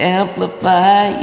amplify